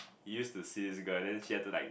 he used to see this girl and then she had to like